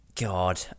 God